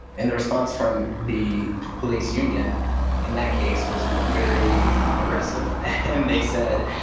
and the response from the police union in that case was very aggressive. and they said,